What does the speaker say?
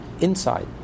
inside